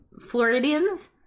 Floridians